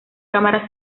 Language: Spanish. cámara